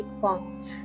form